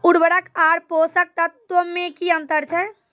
उर्वरक आर पोसक तत्व मे की अन्तर छै?